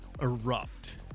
erupt